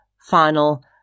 final